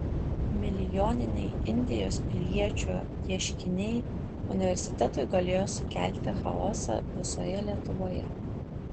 milijoniniai indijos piliečio ieškiniai universitetui galėjo sukelti chaosą visoje lietuvoje